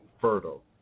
fertile